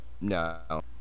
No